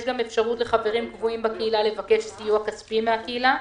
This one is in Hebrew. יש גם אפשרות לחברים קבועים בקהילה לבקש סיוע כספי מהקהילה.